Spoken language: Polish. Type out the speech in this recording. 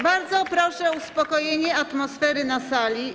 Bardzo proszę o uspokojenie atmosfery na sali.